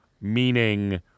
meaning